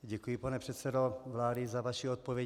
Děkuji, pane předsedo vlády, za vaši odpověď.